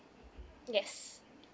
yes